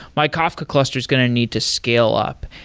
my kafka cluster is going to need to scale up.